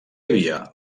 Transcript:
havia